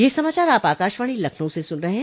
ब्रे क यह समाचार आप आकाशवाणी लखनऊ से सुन रहे हैं